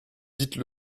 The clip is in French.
dites